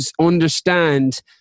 understand